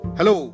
Hello